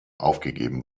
aufgegeben